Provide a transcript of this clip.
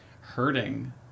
hurting